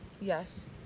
yes